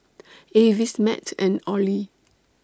Avis Matt and Ollie